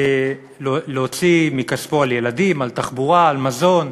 להוציא מכספו על ילדים, על תחבורה, על מזון,